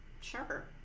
sure